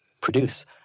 produce